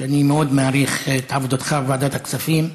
ואני מאוד מעריך את עבודתך בוועדת הכספים,